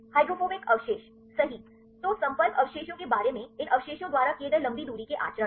hydrophobic अवशेष सही तो संपर्क अवशेषों के बारे में इन अवशेषों द्वारा किए गए लंबी दूरी के आचरण